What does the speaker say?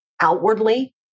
outwardly